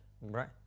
right